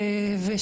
אז